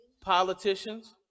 Politicians